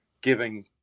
giving